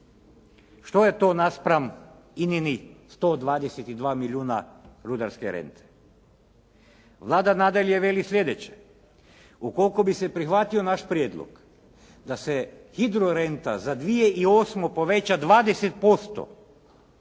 Što je to naspram INA-nih 122 milijuna rudarske rente? Vlada nadalje veli sljedeće, ukoliko bi se prihvatio naš prijedlog da se hidrorenta za 2008. poveća 20%,